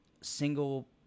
single